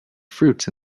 fruits